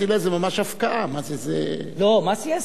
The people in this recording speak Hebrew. זה ממש הפקעה, מה זה, זה, לא, מס יסף.